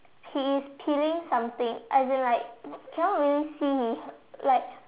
he is peeling something as in like cannot really see his like